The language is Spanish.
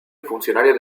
funcionario